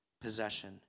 possession